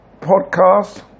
podcast